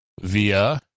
via